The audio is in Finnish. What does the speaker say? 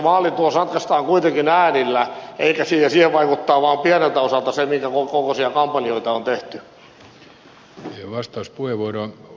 se vaalitulos ratkaistaan kuitenkin äänillä ja siihen vaikuttaa vaan pieneltä osalta se minkä kokoisia kampanjoita on tehty